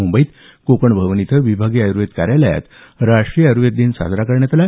मुंबईत कोकण भवन इथं विभागीय आयुर्वेद कार्यालयात राष्ट्रीय आयुर्वेद दिन साजरा करण्यात आला